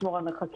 לשמור על מרחקים,